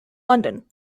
london